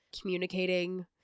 communicating